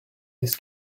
this